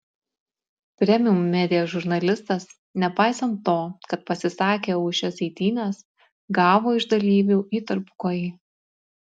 premium media žurnalistas nepaisant to kad pasisakė už šias eitynes gavo iš dalyvių į tarpukojį